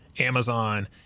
Amazon